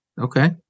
Okay